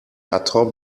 atop